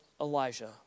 Elijah